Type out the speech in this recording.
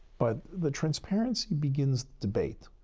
but the transparency begins debate.